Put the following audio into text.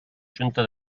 junta